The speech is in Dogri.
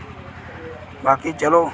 बाकी चलो